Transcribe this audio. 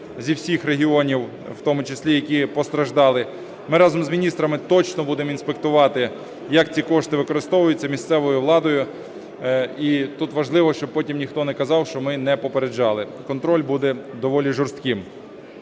зі всіх регіонів, в тому числі які постраждали. Ми разом з міністрами точно будемо інспектувати, як ці кошти використовуються місцевою владою. І тут важливо, щоб потім ніхто не казав, що ми не попереджали, контроль буде доволі жорстким.